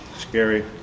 scary